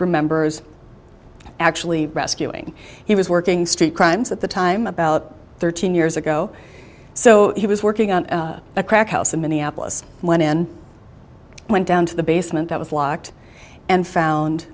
remembers actually rescuing he was working street crimes at the time about thirteen years ago so he was working on a crack house in minneapolis went in went down to the basement that was locked and found